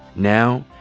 now,